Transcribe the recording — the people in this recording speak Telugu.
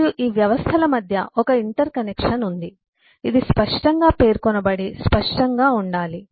మరియు వ్యవస్థల మధ్య ఒక ఇంటర్ కనెక్షన్ ఉంది ఇది స్పష్టంగా పేర్కొనబడి స్పష్టంగా ఉండాలి